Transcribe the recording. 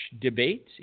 debate